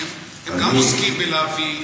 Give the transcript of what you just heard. הם גם עוסקים בלהביא.